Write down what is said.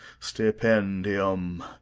stipendium,